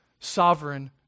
sovereign